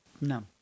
No